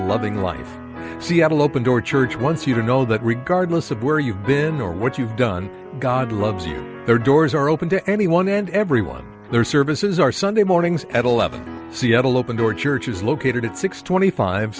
loving life will open door church once you know that regardless of where you've been or what you've done god loves you there doors are open to anyone and everyone their services are sunday mornings at eleven seattle open door church is located at six twenty five